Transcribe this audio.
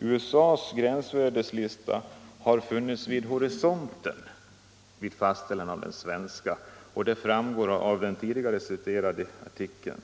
USA:s gränsvärdeslista har ”funnits vid horisonten” vid fastställandet av den svenska listan, vilket framgår av samma artikel som jag tidigare citerat.